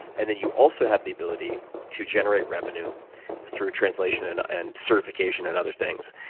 and then you also have the ability to generate revenue through translation and and certification and other things.